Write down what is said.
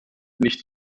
nicht